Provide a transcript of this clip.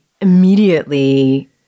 immediately